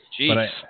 jeez